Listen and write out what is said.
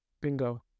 bingo